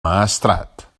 maestrat